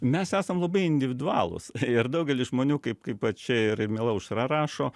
mes esam labai individualūs ir daugelis žmonių kaip kaip va čia ir miela aušra rašo